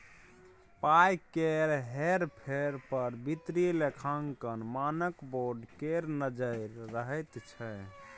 पाय केर हेर फेर पर वित्तीय लेखांकन मानक बोर्ड केर नजैर रहैत छै